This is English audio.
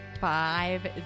Five